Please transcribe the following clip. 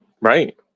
right